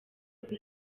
uko